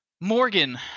Morgan